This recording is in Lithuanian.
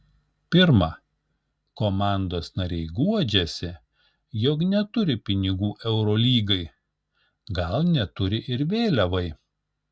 pirma komandos nariai guodžiasi jog neturi pinigų eurolygai gal neturi ir vėliavai